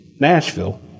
Nashville